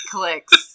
Clicks